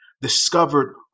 discovered